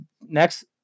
next